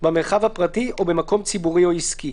במרחב הפרטי או במקום ציבורי או עסקי,